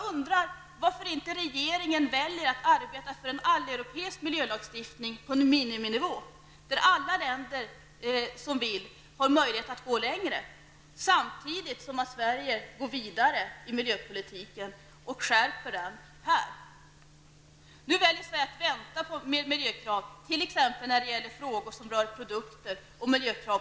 Varför väljer inte regeringen att arbeta för en alleuropeisk miljölagstiftning på en miniminivå, där alla länder som vill har möjlighet att gå längre, samtidigt som Sverige går vidare med miljöpolitiken och skärper den här? Nu väljer Sverige att vänta med miljökrav, t.ex. när det gäller produkter och trafik.